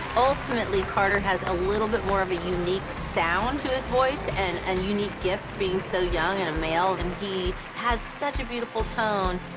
ultimately, carter has a little bit more of a unique sound to his voice and a and unique gift being so young and a male, and he has such a beautiful tone.